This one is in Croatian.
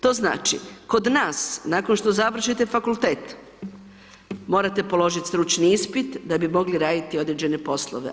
To znači kod nas nakon što završite fakultet, morate položiti stručni ispit da bi mogli raditi određene poslove.